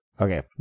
okay